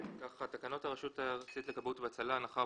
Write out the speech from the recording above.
תקנות הרשות הארצית לכבאות והצלה (הנחה או